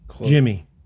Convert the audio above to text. Jimmy